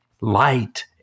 light